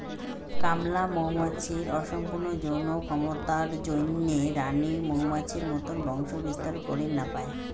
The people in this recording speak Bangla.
কামলা মৌমাছির অসম্পূর্ণ যৌন ক্ষমতার জইন্যে রাণী মৌমাছির মতন বংশবিস্তার করির না পায়